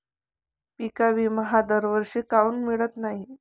पिका विमा हा दरवर्षी काऊन मिळत न्हाई?